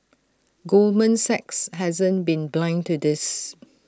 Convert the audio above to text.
Goldman Sachs hasn't been blind to this